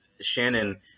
Shannon